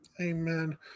Amen